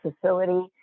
facility